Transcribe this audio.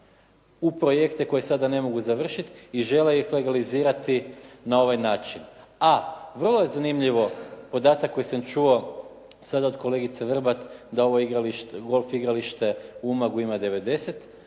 u projekte koje sada ne mogu završiti i žele ih legalizirati na ovaj način. A vrlo je zanimljivo podatak koji sam čuo sada od kolegice Vrbat da ovo golf igralište u Umagu ima 90